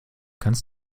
ganz